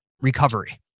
recovery